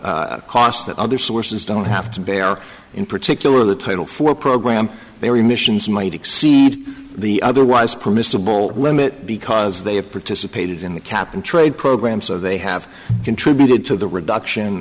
of costs that other sources don't have to bear in particular the title for a program they remissions might exceed the otherwise permissible limit because they have participated in the cap and trade program so they have contributed to the reduction